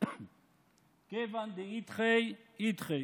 "כיוון דאידחי אידחי".